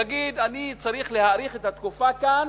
להגיד: אני צריך להאריך את התקופה כאן